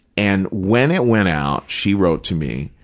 and when it went out, she wrote to me,